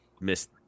miss